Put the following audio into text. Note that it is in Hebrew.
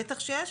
בטח שיש,